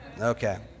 Okay